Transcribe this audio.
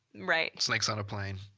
right. snakes on a plane.